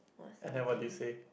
and then what did you say